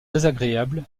désagréable